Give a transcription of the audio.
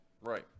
right